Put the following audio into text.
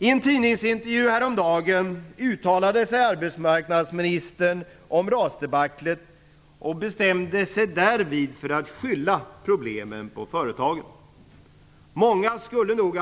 I en tidningsintervju häromdagen uttalade sig arbetsmarknadsministern om RAS-debaclet och bestämde sig därvid för att skylla problemen på företagen. Många skulle nog